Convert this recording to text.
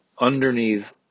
underneath